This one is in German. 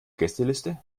gästeliste